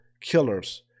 killers